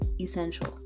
essential